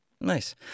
Nice